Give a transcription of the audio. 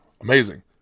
Amazing